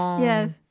Yes